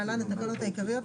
התשל"ט- 1978 (להלן- התקנות העיקריות),